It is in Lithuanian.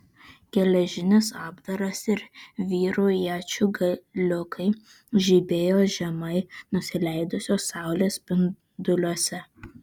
geležinis apdaras ir vyrų iečių galiukai žibėjo žemai nusileidusios saulės spinduliuose